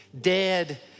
dead